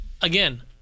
again